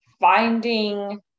finding